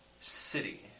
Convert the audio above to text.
city